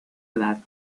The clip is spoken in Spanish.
edad